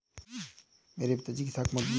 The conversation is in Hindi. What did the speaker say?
मेरे पिताजी की साख मजबूत है